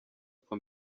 uko